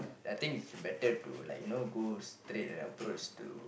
I think it's better to like you know go straight and approach to